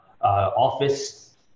office